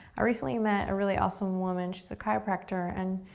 i recently met a really awesome woman. she's a chiropractor, and